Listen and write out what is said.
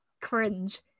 cringe